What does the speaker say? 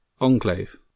Enclave